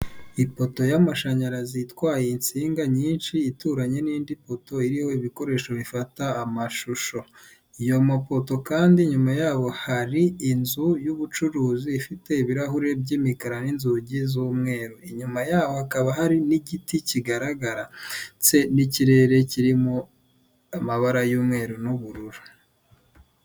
Ipoto y'amashanyarazi itwaye insinga nyinshi ituranye n'indi poto iriho ibikoresho bifata amashusho, iyo mapoto kandi nyuma yaho hari inzu y'ubucuruzi ifite ibirahuri by'imikara n'inzugi z'umweru, inyuma yaho hakaba hari n'igiti kigaragara ndetse n'ikirere kirimo amabara y'umweru n'ubururu.